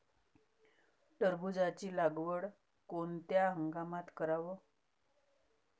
टरबूजाची लागवड कोनत्या हंगामात कराव?